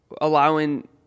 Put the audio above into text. allowing